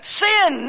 sin